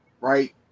right